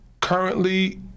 Currently